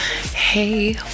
Hey